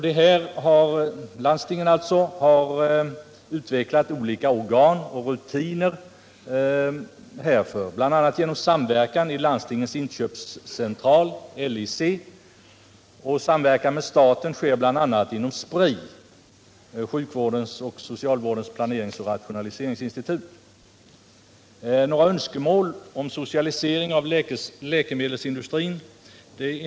Dessa har utvecklat olika organ och rutiner härför, bl.a. genom samverkan i Landstingens inköpscentral . Samverkan med staten sker bl.a. inom Spri . Några önskemål om socialisering av läkemedelsindustrin etc.